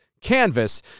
canvas